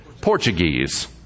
Portuguese